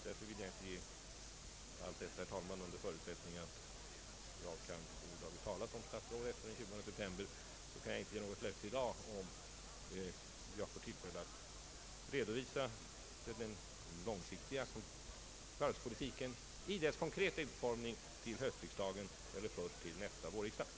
Därför kan jag i dag inte ge något löfte om huruvida jag får tillfälle att redovisa den långsiktiga varvspolitiken i dess konkreta utformning till höstriksdagen eller först till nästa vårriksdag — givetvis under förutsättning att jag över huvud taget kan tala som statsråd efter den 20 september.